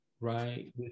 Right